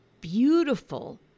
beautiful